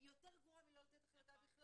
היא יותר גרועה מלא לתת החלטה בכלל.